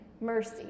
mercy